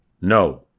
No